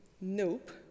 Nope